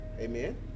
Amen